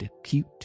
acute